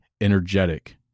energetic